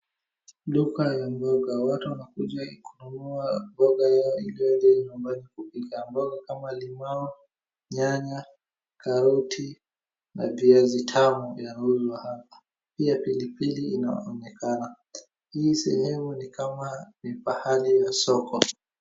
Duka ya mboga, watu wanakuja kununa mboga hiyo ili waende nyumbani kupika, mboga kama limau, nyanya, karoti na viazi tamu vinauzwa hapa, pia pilipili inaonekana. Hii sehemu ni kama ni pahali ya soko.